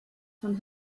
von